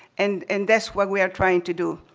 and and that's what we are trying to do.